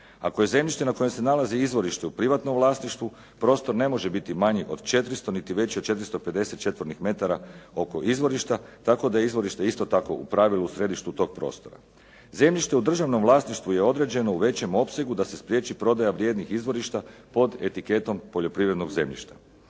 Ako je zemljište na kojem se nalazi izvorište na privatnom vlasništvu, prostor ne može biti manji od 400 niti veći od 450 četvornih metara oko izvorišta, tako da izvorište isto tako u pravilu u središtu toga prostora. Zemljište u državnom vlasništvu je određeno u većem opsegu da se spriječi prodaja vrijednih izvorišta pod etiketom poljoprivrednog zemljišta.